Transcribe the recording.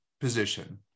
position